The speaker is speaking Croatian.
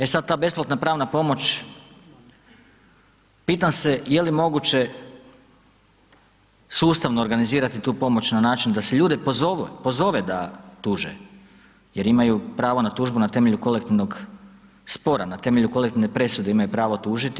E sada ta besplatna pravna pomoć pitam se je li moguće sustavno organizirati tu pomoć na način da se ljude pozove da tuže jer imaju pravo na tužbu na temelju kolektivnog spora, na temelju kolektivne presude imaju pravo tužiti?